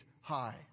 high